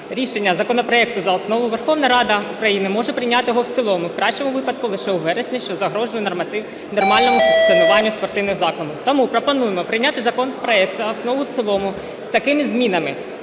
рішення законопроекту - за основу, Верховна Рада України може прийняти його в цілому в кращому випадку лише у вересні, що загрожує нормальному функціонуванню спортивних закладів. Тому пропонуємо прийняти законопроект за основу і в цілому з такими змінами.